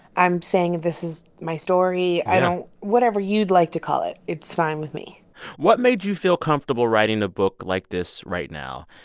i'm saying, this is my story. i don't. yeah whatever you'd like to call it, it's fine with me what made you feel comfortable writing a book like this right now?